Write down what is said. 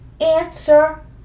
Answer